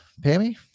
Pammy